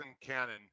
Cannon